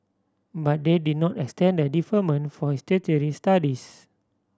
but they did not extend the deferment for his tertiary studies